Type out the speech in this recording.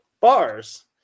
bars